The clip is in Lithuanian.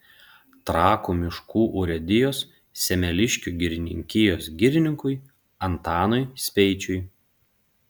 trakų miškų urėdijos semeliškių girininkijos girininkui antanui speičiui